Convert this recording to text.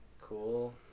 cool